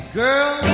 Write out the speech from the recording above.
girl